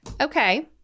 Okay